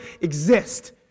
exist